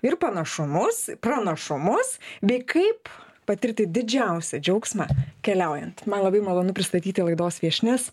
ir panašumus pranašumus bei kaip patirti didžiausią džiaugsmą keliaujant man labai malonu pristatyti laidos viešnias